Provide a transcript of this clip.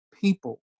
people